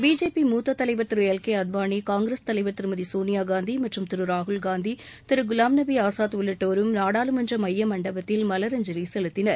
BJP மூத்த தலைவர் Thiru L K Advani Congress தலைவர் திருமதி சோனியாகாந்தி மற்றும் திரு ராகுல்காந்தி திரு குலாம்நபி ஆசாத் உள்ளிட்டோரும் நாடாளுமன்ற மைய மண்டபத்தில் மலரஞ்சலி செலுத்தினர்